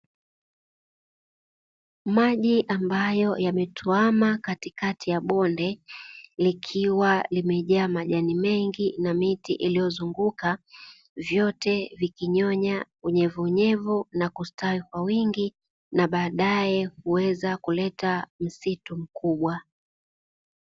Maji ambayo yametuama katikati ya bonde likiwa limejaa majani mengi na miti iliyozunguka, vyote vikinyonya unyevunyevu na kustawi kwa wingi, na baadaye kuweza kuleta msitu mkubwa.